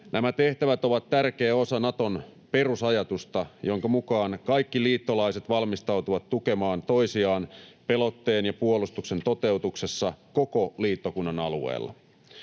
Nämä tehtävät ovat tärkeä osa Naton perusajatusta, jonka mukaan kaikki liittolaiset valmistautuvat tukemaan toisiaan pelotteen ja puolustuksen toteutuksessa koko liittokunnan alueella.